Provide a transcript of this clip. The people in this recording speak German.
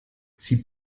sie